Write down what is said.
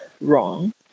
wrong